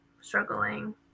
struggling